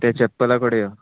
तें चप्पला कडेन यो